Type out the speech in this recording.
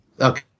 Okay